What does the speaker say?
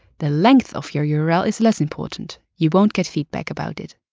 the length of your your url is less important. you won't get feedback about it.